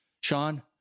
Sean